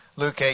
Luke